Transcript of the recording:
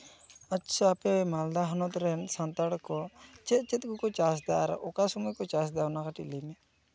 ᱟᱪᱪᱷᱟ ᱟᱯᱮ ᱢᱟᱞᱫᱟ ᱦᱚᱱᱚᱛ ᱨᱮᱱ ᱥᱟᱱᱛᱟᱲ ᱠᱚ ᱪᱮᱫ ᱪᱮᱫ ᱠᱚᱠᱚ ᱪᱟᱥᱫᱟ ᱟᱨ ᱚᱠᱟ ᱥᱚᱢᱚᱭ ᱠᱚ ᱪᱟᱥᱫᱟ ᱚᱱᱟ ᱠᱟᱹᱴᱤᱡ ᱞᱟᱹᱭ ᱢᱮ